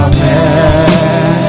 Amen